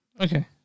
Okay